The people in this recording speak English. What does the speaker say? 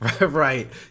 Right